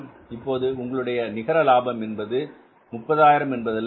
எனவே இப்போது உங்களுடைய நிகரலாபம் என்பது 30000 என்பதல்ல